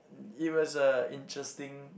it was a interesting